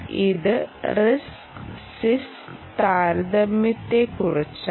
ഇത് RISC CISC താരതമ്യത്തെക്കുറിച്ചാണ്